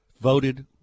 voted